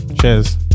cheers